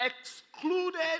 excluded